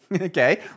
okay